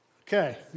Okay